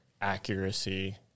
accuracy